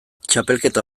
txapelketa